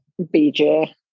BJ